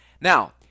Now